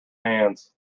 hands